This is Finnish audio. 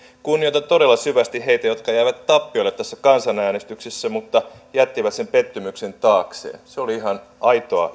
kunnioitan todella syvästi heitä jotka jäivät tappiolle tässä kansanäänestyksessä mutta jättivät sen pettymyksen taakseen se oli ihan aitoa